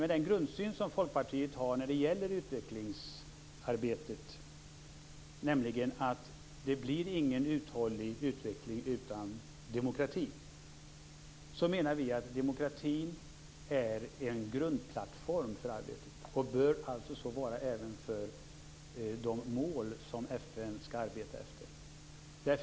Med den grundsyn som Folkpartiet har när det gäller utvecklingsarbetet, nämligen att det inte blir någon uthållig utveckling utan demokrati, menar vi att demokrati är en grundplattform för arbetet och bör så vara även när det gäller de mål som FN skall arbeta för.